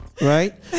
Right